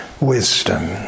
Wisdom